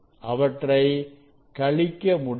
அவற்றை கழிக்க முடியாது